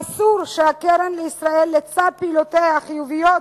אסור שהקרן החדשה לישראל, פעולותיה החיוביות